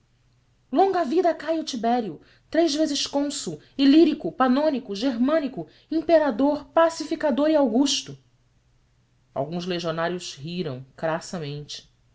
longa vida a caio tibério três vezes cônsul ilírico panônico germânico imperador pacificador e augusto alguns legionários riram crassamente